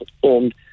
performed